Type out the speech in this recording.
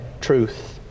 truth